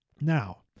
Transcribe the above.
now